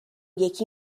یکی